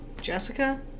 Jessica